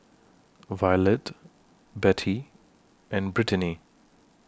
Violette Bette and Brittanie